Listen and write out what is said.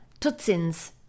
tutsins